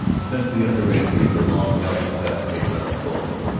and since the other injury, the long gouging cut made by the bullet,